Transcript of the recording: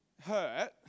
hurt